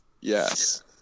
Yes